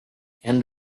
and